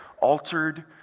altered